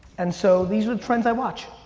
and so, these are trends i watch.